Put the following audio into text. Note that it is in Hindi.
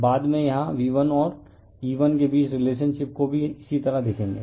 बाद में यहां V1 और E1 के बीच के रिलेशनशिप को भी इसी तरह देखेंगे